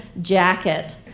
jacket